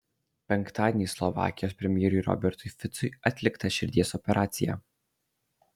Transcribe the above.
penktadienį slovakijos premjerui robertui ficui atlikta širdies operacija